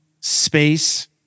space